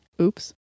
oops